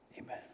amen